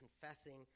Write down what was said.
confessing